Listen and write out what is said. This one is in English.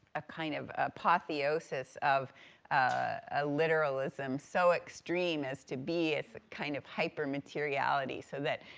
a kind of apotheosis of a literalism so extreme as to be, as a kind of hyper-materiality, so that,